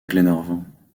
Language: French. glenarvan